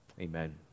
Amen